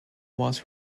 was